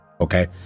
Okay